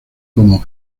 como